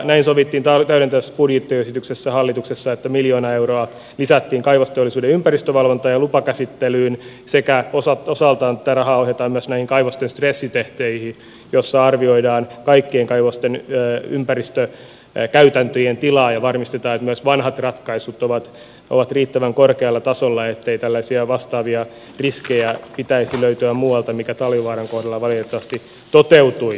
näin sovittiin täydentävässä budjettiesityksessä hallituksessa että miljoona euroa lisättiin kaivosteollisuuden ympäristövalvontaan ja lupakäsittelyyn sekä osaltaan tätä rahaa ohjataan myös näihin kaivosten stressitesteihin joissa arvioidaan kaikkien kaivosten ympäristökäytäntöjen tilaa ja varmistetaan että myös vanhat ratkaisut ovat riittävän korkealla tasolla ettei tällaisia vastaavia riskejä pitäisi löytyä muualta millainen talvivaaran kohdalla valitettavasti toteutui